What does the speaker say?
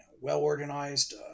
well-organized